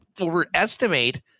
overestimate